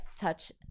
touch